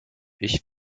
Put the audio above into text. ich